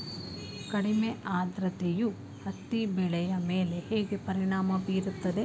ಕಡಿಮೆ ಆದ್ರತೆಯು ಹತ್ತಿ ಬೆಳೆಯ ಮೇಲೆ ಹೇಗೆ ಪರಿಣಾಮ ಬೀರುತ್ತದೆ?